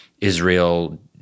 Israel